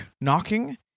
knocking